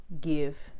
give